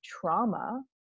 trauma